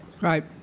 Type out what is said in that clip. Right